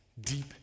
deep